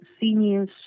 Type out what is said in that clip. seniors